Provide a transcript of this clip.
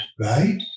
right